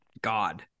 God